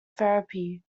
therapy